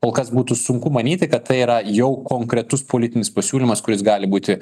kol kas būtų sunku manyti kad tai yra jau konkretus politinis pasiūlymas kuris gali būti